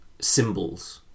symbols